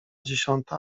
dziesiąta